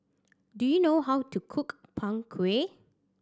do you know how to cook Png Kueh